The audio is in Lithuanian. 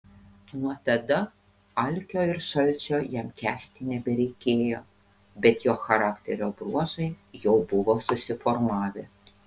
nuo tada alkio ir šalčio jam kęsti nebereikėjo bet jo charakterio bruožai jau buvo susiformavę